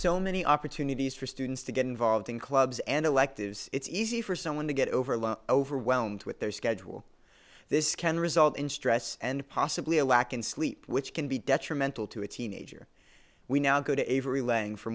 so many opportunities for students to get involved in clubs and electives it's easy for someone to get overly overwhelmed with their schedule this can result in stress and possibly a lack in sleep which can be detrimental to a teenager we now go to